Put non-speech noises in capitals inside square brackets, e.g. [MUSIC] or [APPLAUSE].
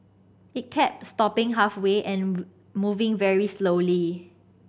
it kept stopping halfway and [UNINTELLIGIBLE] moving very slowly